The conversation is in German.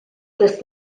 des